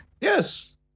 Yes